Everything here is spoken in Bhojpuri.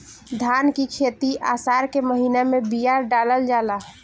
धान की खेती आसार के महीना में बिया डालल जाला?